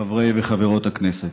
חברי וחברות הכנסת,